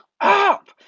up